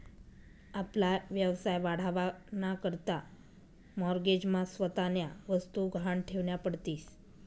आपला व्यवसाय वाढावा ना करता माॅरगेज मा स्वतःन्या वस्तु गहाण ठेवन्या पडतीस